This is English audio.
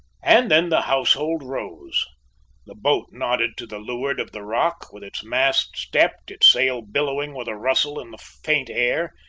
and then the household rose the boat nodded to the leeward of the rock, with its mast stepped, its sail billowing with a rustle in the faint air,